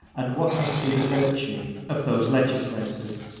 and what must be the virtue of those legislators,